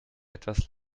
etwas